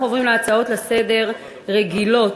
אנחנו עוברים להצעות לסדר-היום רגילות.